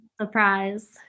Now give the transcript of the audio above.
Surprise